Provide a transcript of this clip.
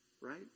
right